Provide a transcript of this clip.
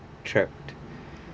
trapped